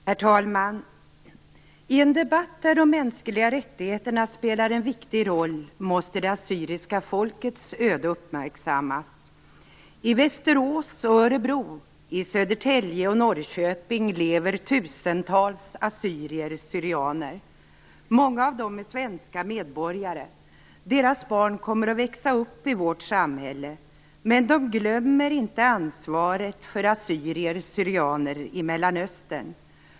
Herr talman! I en debatt där de mänskliga rättigheterna spelar en viktig roll måste det assyriska folkets öde uppmärksammas. I Västerås och Örebro, i Södertälje och Norrköping lever tusentals assyrier syrianer i Mellanöstern.